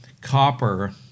copper